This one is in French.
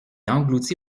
englouti